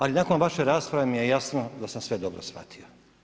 Ali, nakon vaš rasprava mi je jasno, da sam sve dobro shvatio.